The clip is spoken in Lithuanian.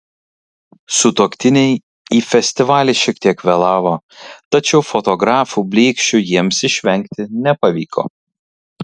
sutuoktiniai į festivalį šiek tiek vėlavo tačiau fotografų blyksčių jiems išvengti nepavyko